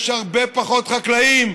יש הרבה פחות חקלאים,